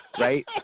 right